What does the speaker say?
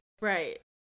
right